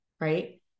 Right